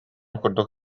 курдук